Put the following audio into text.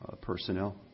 personnel